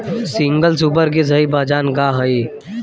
Single super के सही पहचान का हई?